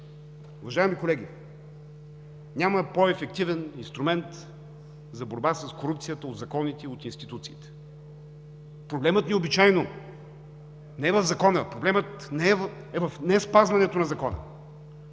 Уважаеми колеги, няма по-ефективен инструмент за борба с корупцията от законите и от институциите. Проблемът ни обичайно не е в закона, проблемът е в неспазването на закона.